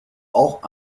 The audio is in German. auch